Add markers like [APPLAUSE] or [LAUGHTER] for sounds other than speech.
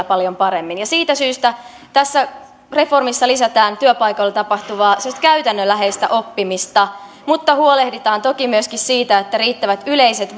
[UNINTELLIGIBLE] paljon paremmin esimerkiksi tekemällä ja siitä syystä tässä reformissa lisätään työpaikoilla tapahtuvaa siis käytännönläheistä oppimista mutta huolehditaan toki myöskin siitä että riittävät yleiset [UNINTELLIGIBLE]